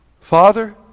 Father